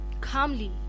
calmly